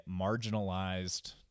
marginalized